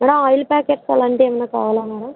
madam oil packets అలాంటి ఏమన్నా కావలా మేడమ్